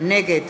נגד